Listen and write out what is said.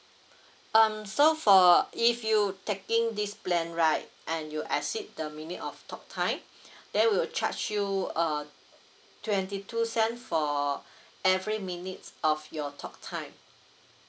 um so for if you taking this plan right and you exceed the minute of talk time then we'll charge you uh twenty two cent for every minutes of your talk time